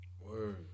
word